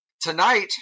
Tonight